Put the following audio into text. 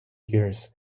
gears